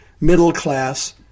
middle-class